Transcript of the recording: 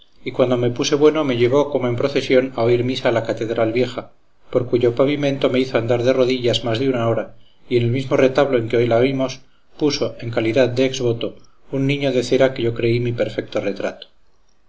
y cuando me puse bueno me llevó como en procesión a oír misa a la catedral vieja por cuyo pavimento me hizo andar de rodillas más de una hora y en el mismo retablo en que la oímos puso en calidad de ex voto un niño de cera que yo creí mi perfecto retrato